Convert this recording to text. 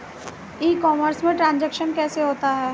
ई commerce में transaction कैसे होता है?